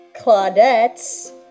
Claudette